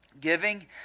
giving